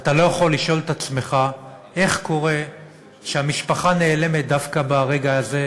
אתה לא יכול שלא לשאול את עצמך איך קורה שהמשפחה נעלמת דווקא ברגע הזה,